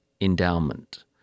endowment